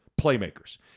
playmakers